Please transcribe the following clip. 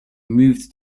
moved